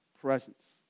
presence